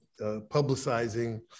publicizing